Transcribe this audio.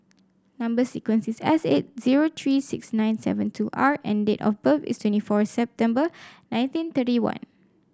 number sequence is S eight zero three six nine seven two R and date of birth is twenty four September nineteen thirty one